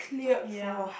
ya